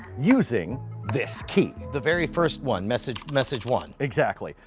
using this key. the very first one, message message one? exactly,